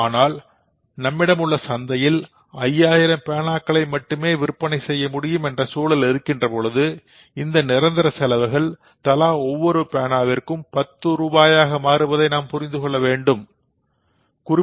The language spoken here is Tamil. ஆனால் நம்மிடமுள்ள சந்தையில் 5000 பேனாக்களை மட்டுமே விற்பனை செய்ய முடியும் என்ற சூழல் இருக்கின்றபோது இந்த நிரந்தர செலவுகள் தலா ஒவ்வொரு பேனாவிற்கும் 10 ரூபாயாக மாறுவதை நாம் புரிந்துகொள்ள முடிகிறது